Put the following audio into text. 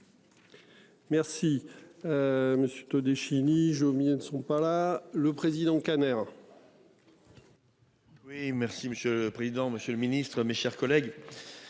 Merci. Monsieur Todeschini Jomier ne sont pas là le président Kader. Oui, merci Monsieur. Le président, Monsieur le Ministre, mes chers collègues.